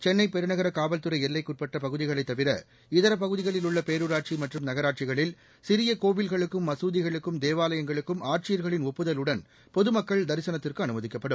சென்னை பெருநகர காவல்துறை எல்லைக்கு உட்பட்ட பகுதிகளைத் தவிர இதர பகுதிகளில் உள்ள பேரூராட்சி மற்றும் நகராட்சிகளில் சிறிய கோவில்களுக்கும் மசூதிகளுக்கும் தேவாலயங்களுக்கும் ஆட்சியர்களின் ஒப்புதலுடன் பொதுமக்கள் தரிசனத்துக்கு அனுமதிக்கப்படும்